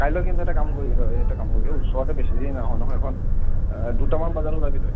কাইলৈ কিন্তু এটা কাম কৰিবি তই এটা কাম কৰিবি এই ওচৰতে বেছি দেৰি নহয় নহয় অকণ দুটা মান বজাত ওলাবি তই